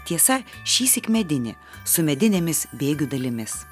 tiesa šįsyk medinį su medinėmis bėgių dalimis